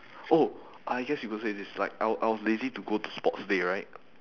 oh I guess you could say this like I I was lazy to go sports day right